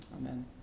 Amen